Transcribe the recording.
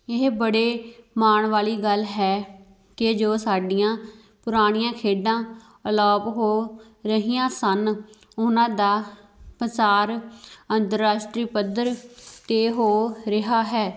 ਇਹ ਬੜੇ ਮਾਣ ਵਾਲੀ ਗੱਲ ਹੈ ਕਿ ਜੋ ਸਾਡੀਆਂ ਪੁਰਾਣੀਆਂ ਖੇਡਾਂ ਅਲੋਪ ਹੋ ਰਹੀਆਂ ਸਨ ਉਹਨਾਂ ਦਾ ਪਸਾਰ ਅੰਤਰਰਾਸ਼ਟਰੀ ਪੱਧਰ 'ਤੇ ਹੋ ਰਿਹਾ ਹੈ